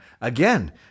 again